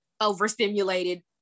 overstimulated